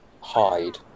hide